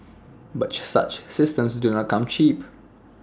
but such systems do not come cheap